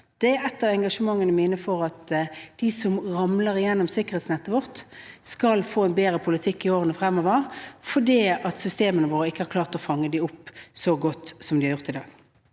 Et av engasjementene mine er at de som ramler gjennom sikkerhetsnettet vårt, skal få en bedre politikk i årene fremover, for systemene våre har ikke klart å fange dem opp så godt som vi skulle ønske